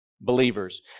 believers